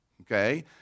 Okay